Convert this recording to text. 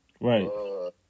right